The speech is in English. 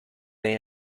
they